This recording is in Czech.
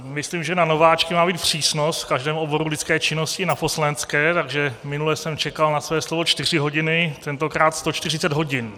Myslím, že na nováčky má být přísnost v každém oboru lidské činnosti, na poslanecké, takže minule jsem čekal na své slovo čtyři hodiny, tentokrát 140 hodin.